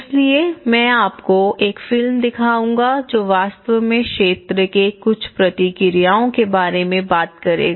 इसलिए मैं आपको एक फिल्म दिखाऊंगा जो वास्तव में क्षेत्र के कुछ प्रतिक्रियाओं के बारे में बात करेगा